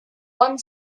one